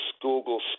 Google